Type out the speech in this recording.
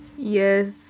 Yes